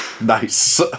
Nice